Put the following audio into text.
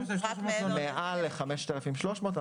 מעל ל-5,300,